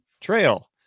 trail